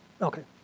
Okay